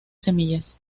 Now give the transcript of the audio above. semillas